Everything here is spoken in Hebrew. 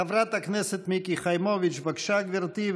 חברת הכנסת מיקי חיימוביץ', בבקשה, גברתי.